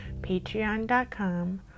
Patreon.com